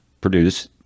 produce